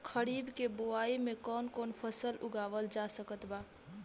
खरीब के बोआई मे कौन कौन फसल उगावाल जा सकत बा?